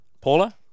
Paula